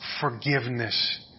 Forgiveness